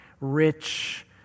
rich